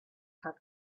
had